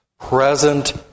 Present